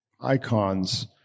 icons